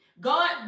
God